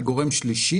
לגורם שלישי,